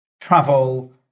travel